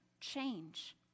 change